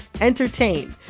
entertain